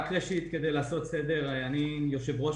הראשון הוא הבטחת המשך השנה